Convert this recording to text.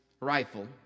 rifle